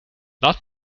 laat